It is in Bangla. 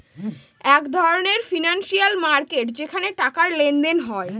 এক ধরনের ফিনান্সিয়াল মার্কেট যেখানে টাকার লেনদেন হয়